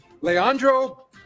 Leandro